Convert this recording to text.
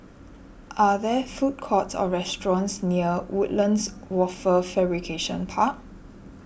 are there food courts or restaurants near Woodlands Wafer Fabrication Park